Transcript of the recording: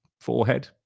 forehead